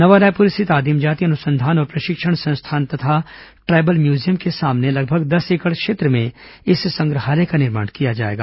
नवा रायपुर स्थित आदिम जाति अनुसंधान और प्रशिक्षण संस्थान तथा ट्राईबल म्यूजियम के सामने लगभग दस एकड़ क्षेत्र में इस संग्रहालय का निर्माण किया जाएगा